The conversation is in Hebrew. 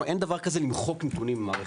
אין דבר כזה למחוק נתונים ממערכת.